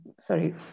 sorry